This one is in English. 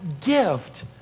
gift